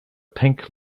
pink